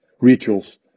rituals